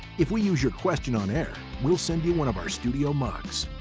if we use your question on air we'll send you one of our studio mugs.